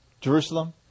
Jerusalem